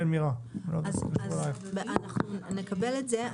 אנחנו נקבל את זה,